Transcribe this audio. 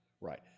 Right